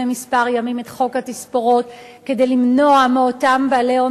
כמה ימים את חוק התספורות כדי למנוע מאותם בעלי הון